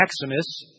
Maximus